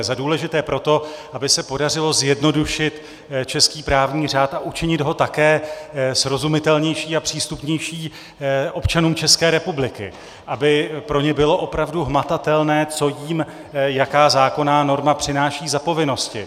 Za důležité proto, aby se podařilo zjednodušit český právní řád a učinit ho také srozumitelnější a přístupnější občanům České republiky, aby pro ně bylo opravdu hmatatelné, co jim jaká zákonná norma přináší za povinnosti.